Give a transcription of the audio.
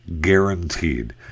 guaranteed